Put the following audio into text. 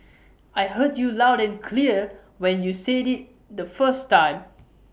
I heard you loud and clear when you said IT the first time